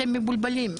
אתם מבולבלים.